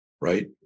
right